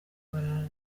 barara